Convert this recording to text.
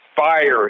fire